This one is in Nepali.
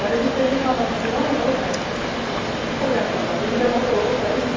भनेपछि त यो समरमा मिलाऔँ न त हौ प्लान को को जानु सक्ला तिमी र म त हो है